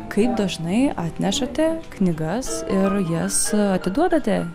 kaip dažnai atnešate knygas ir jas atiduodate